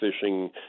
fishing